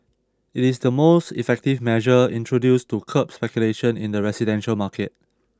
it is the most effective measure introduced to curb speculation in the residential market